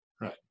Right